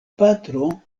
patro